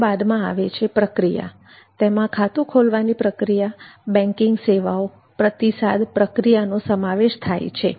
ત્યારબાદમાં આવે છે પ્રક્રિયા તેમાં ખાતું ખોલવાની પ્રક્રિયા બેન્કિંગ સેવાઓ પ્રતિસાદ પ્રક્રિયાનો સમાવેશ થાય છે